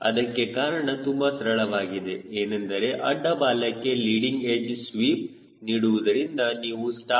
ಅದಕ್ಕೆ ಕಾರಣ ತುಂಬಾ ಸರಳವಾಗಿದೆ ಏನೆಂದರೆ ಅಡ್ಡ ಬಾಲಕ್ಕೆ ಲೀಡಿಂಗ್ ಎಡ್ಚ್ ಸ್ವೀಪ್ ನೀಡುವುದರಿಂದ ನೀವು ಸ್ಟಾಲ್ ನಿಧಾನ ಮಾಡುತ್ತೀರಾ